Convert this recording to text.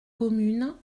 communes